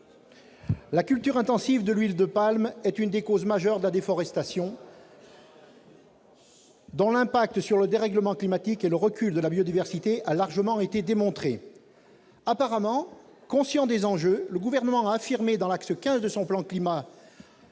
la culture intensive de l'huile de palme est une des causes majeures de la déforestation, dont l'impact sur le dérèglement climatique et le recul de la biodiversité a largement été démontré. Apparemment conscient des enjeux, le Gouvernement a affirmé dans l'axe 15 de son plan climat